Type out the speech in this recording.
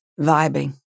vibing